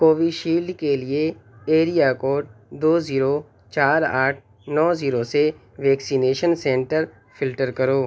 Covishield کے لیے area code دو زیرو چار آٹھ نو زیرو سے ویکسینیشن سینٹر فلٹر کرو